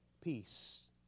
peace